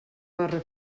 barra